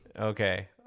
Okay